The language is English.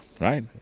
right